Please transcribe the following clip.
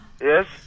Yes